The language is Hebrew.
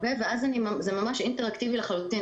זה ממש אינטראקטיבי לחלוטין,